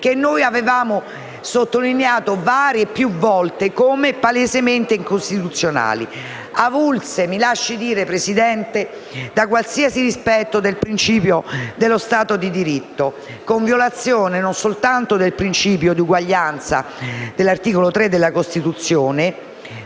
che noi avevamo evidenziato più volte come palesemente incostituzionali e avulse - me lo lasci dire, Presidente - da qualsiasi rispetto del principio dello Stato di diritto, con violazione non soltanto del principio di uguaglianza di cui all'articolo 3 della Costituzione,